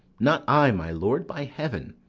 not i, my lord, by heaven.